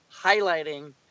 highlighting